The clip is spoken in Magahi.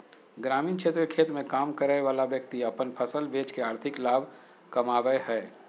ग्रामीण क्षेत्र के खेत मे काम करय वला व्यक्ति अपन फसल बेच के आर्थिक लाभ कमाबय हय